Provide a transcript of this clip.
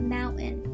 Mountain